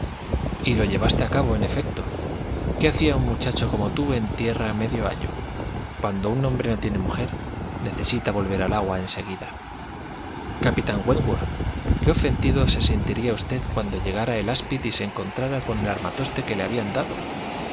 y lo llevaste a cabo en efecto qué hacía un muchacho como tú en tierra medio año cuando un hombre no tiene mujer necesita volver al agua en seguida capitán wentworth qué ofendido se sentiría usted cuando llegara al aspid y se encontrara con el armatoste que le habían dado